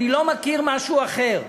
אני לא מכיר משהו אחר,